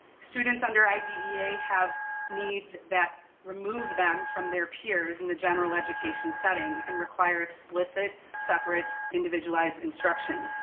students under idea have needs that remove them from their peers in the general education setting and require explicit, separate individualized instruction.